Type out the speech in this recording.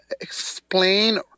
explain